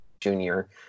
junior